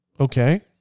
Okay